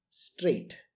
Straight